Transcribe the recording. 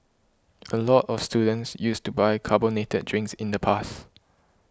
a lot of students used to buy carbonated drinks in the past